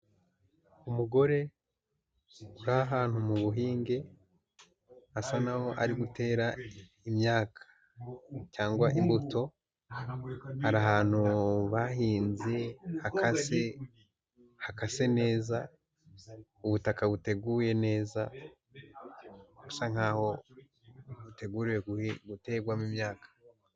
Umugore uri ahantu mu buhinge asa naho ari gutera imyaka cyangwa imbuto, ari ahantu bahinze hakase, hakase neza, ubutaka buteguye neza, busa nkaho buteguwe guterwamo imyaka.